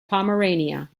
pomerania